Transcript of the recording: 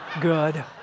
good